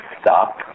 stop